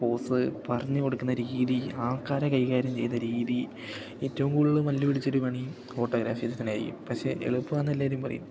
pose പറഞ്ഞ് കൊടുക്കുന്ന രീതി ആൾക്കാരെ കൈകാര്യം ചെയ്ത രീതി ഏറ്റവും കൂടുതൽ മല്ല് പിടിച്ചൊരു പണി ഫോട്ടോഗ്രാഫി തന്നെയായിരിക്കും പക്ഷെ എളുപ്പമാണെന്ന് എല്ലാവരും പറയും